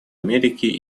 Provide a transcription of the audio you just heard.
америки